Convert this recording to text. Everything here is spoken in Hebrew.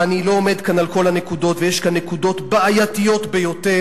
ואני לא עומד כאן על כל הנקודות ויש כאן נקודות בעייתיות ביותר,